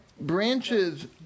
branches